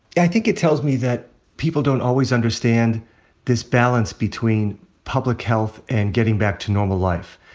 i think it tells me that people don't always understand this balance between public health and getting back to normal life.